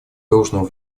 должного